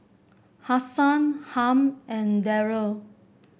Hasan Harm and Darryle